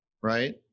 right